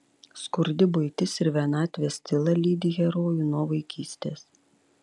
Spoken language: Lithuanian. skurdi buitis ir vienatvės tyla lydi herojų nuo vaikystės